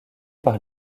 par